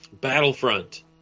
Battlefront